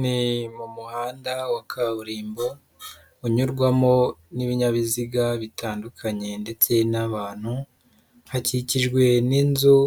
Ni mu muhanda wa kaburimbo unyurwamo n'ibinyabiziga bitandukanye ndetse n'abantu, hakikijwe n'inzu